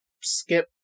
skip